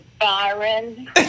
Byron